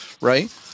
right